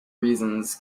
reasons